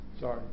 sorry